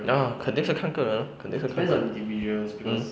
ya 肯定是看个人肯定是看 mm